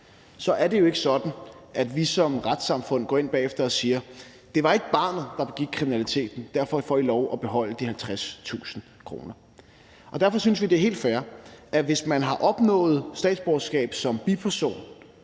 så er det jo ikke sådan, at vi som retssamfund går ind bagefter og siger, at det ikke var barnet, der begik kriminaliteten, så derfor får I lov at beholde de 50.000 kr. Derfor synes vi, det er helt fair, at hvis man har opnået statsborgerskab som biperson